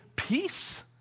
Peace